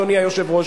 אדוני היושב-ראש,